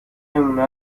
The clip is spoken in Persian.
نمونه